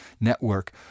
network